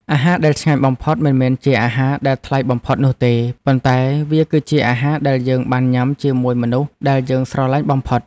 អាហារដែលឆ្ងាញ់បំផុតមិនមែនជាអាហារដែលថ្លៃបំផុតនោះទេ ប៉ុន្តែវាគឺជាអាហារដែលយើងបានញ៉ាំជាមួយមនុស្សដែលយើងស្រលាញ់បំផុត។